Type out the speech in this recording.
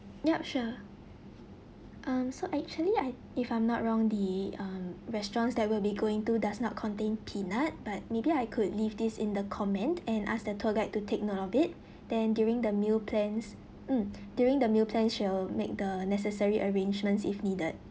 yup sure um so actually I if I'm not wrong the um restaurants that will be going to does not contain peanut but maybe I could leave this in the comment and ask the tour guide to take note of it then during the meal plans mm during the meal plans she'll make the necessary arrangements if needed